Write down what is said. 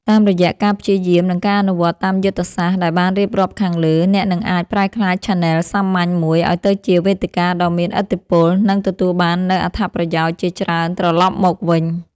តាមរយៈការព្យាយាម និងការអនុវត្តតាមយុទ្ធសាស្ត្រដែលបានរៀបរាប់ខាងលើ អ្នកនឹងអាចប្រែក្លាយឆានែលសាមញ្ញមួយឱ្យទៅជាវេទិកាដ៏មានឥទ្ធិពល និងទទួលបាននូវអត្ថប្រយោជន៍ជាច្រើនត្រឡប់មកវិញ។